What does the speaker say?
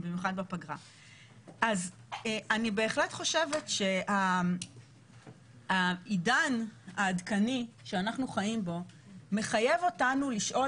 אז אני בהחלט חושבת שהעידן העדכני שאנחנו חיים בו מחייב אותנו לשאול